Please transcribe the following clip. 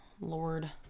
Lord